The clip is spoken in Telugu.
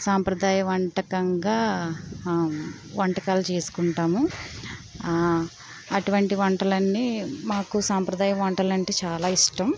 సాంప్రదాయ వంటకంగా వంటకాలు చేసుకుంటాము అటువంటి వంటలన్నీ మాకు సాంప్రదాయ వంటలంటే చాలా ఇష్టం